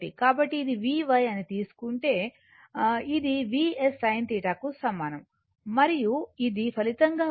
కాబట్టి ఇది Vy అని తీసుకుంటే ఇది Vs sin θ కు సమానం మరియు ఇది ఫలితంగా వచ్చే v